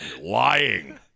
lying